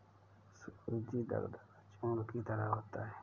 सूजी दरदरा चूर्ण की तरह होता है